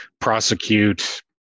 prosecute